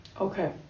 Okay